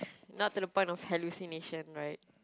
not to the point of hallucination right